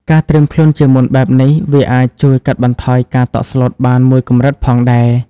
ការត្រៀមខ្លួនជាមុនបែបនេះ វាអាចជួយកាត់បន្ថយការតក់ស្លុតបានមួយកម្រិតផងដែរ។